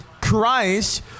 Christ